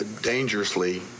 dangerously